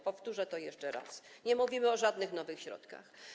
Powtórzę to jeszcze raz: Nie mówimy o żadnych nowych środkach.